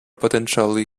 potentially